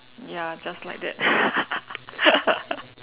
ya just like that